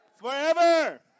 forever